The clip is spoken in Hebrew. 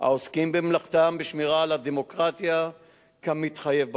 העוסקים במלאכתם בשמירה על הדמוקרטיה כמתחייב בחוק.